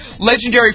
Legendary